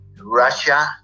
Russia